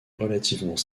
relativement